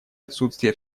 отсутствие